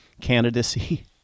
candidacy